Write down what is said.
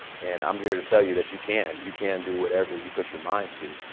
and i'm here to tell you that you can. you can do whatever you put your mind to.